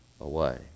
away